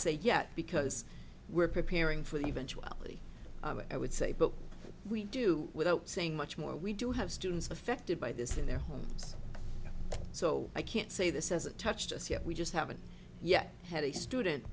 say yes because we're preparing for the eventuality i would say but we do without saying much more we do have students affected by this in their homes so i can't say this as it touched us yet we just haven't yet had a student